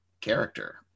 character